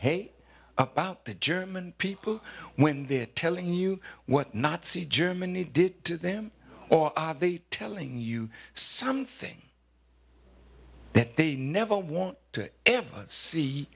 hate about the german people when they're telling you what nazi germany did to them or are they telling you something that they never want to